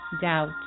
doubt